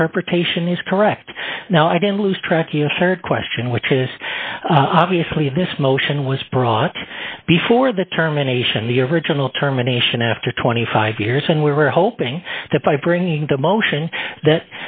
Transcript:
interpretation is correct now i didn't lose track yes or question which is obviously this motion was brought before the terminations the original terminations after twenty five years and we were hoping that by bringing the motion that